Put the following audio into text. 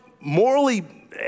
morally